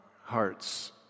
hearts